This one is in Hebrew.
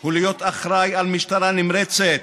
הוא להיות אחראי למשטרה נמרצת,